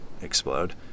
explode